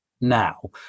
now